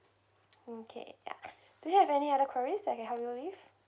mm K ya do you have any other queries that I can help you with